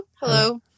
Hello